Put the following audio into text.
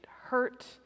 hurt